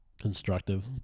constructive